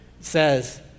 says